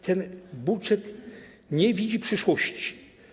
Ten budżet nie widzi przyszłości.